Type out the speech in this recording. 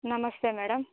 నమస్తే మేడం